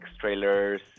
trailers